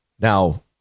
Now